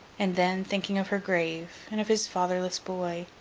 and then, thinking of her grave, and of his fatherless boy,